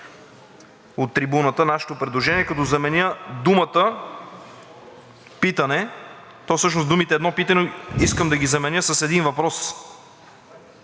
от трибуната нашето предложение, като заменя думата „питане“. Всъщност думите „едно питане“ искам да ги заменя с „един въпрос“.